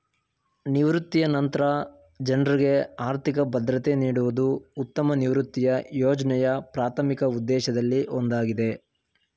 ನಿವೃತ್ತಿಯ ನಂತ್ರ ಜನ್ರುಗೆ ಆರ್ಥಿಕ ಭದ್ರತೆ ನೀಡುವುದು ಉತ್ತಮ ನಿವೃತ್ತಿಯ ಯೋಜ್ನೆಯ ಪ್ರಾಥಮಿಕ ಉದ್ದೇಶದಲ್ಲಿ ಒಂದಾಗಿದೆ